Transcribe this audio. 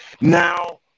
now